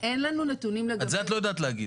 את זה את לא יודעת להגיד?